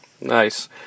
Nice